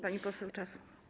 Pani poseł, czas.